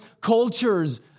cultures